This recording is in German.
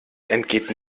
entgeht